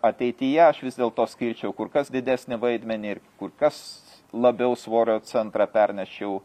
ateityje aš vis dėlto skirčiau kur kas didesnį vaidmenį ir kur kas labiau svorio centrą perneščiau